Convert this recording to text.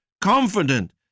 confident